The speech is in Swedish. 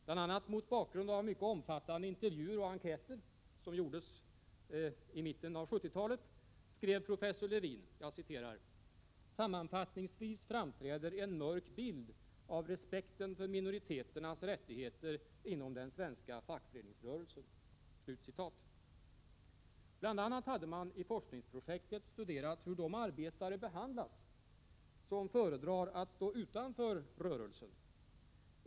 Bl.a. mot bakgrund av mycket omfattande intervjuer och enkäter, som gjordes i mitten av 1970-talet, skrev professor Lewin: ”Sammanfattningsvis framträder en mörk bild av respekten för minoriteternas rättigheter inom den svenska fackföreningsrörelsen.” I forskningsprojektet hade man bl.a. studerat hur de arbetare behandlas som föredrar att stå utanför rörelsen.